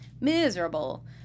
miserable